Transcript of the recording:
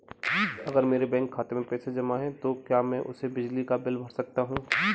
अगर मेरे बैंक खाते में पैसे जमा है तो क्या मैं उसे बिजली का बिल भर सकता हूं?